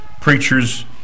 preachers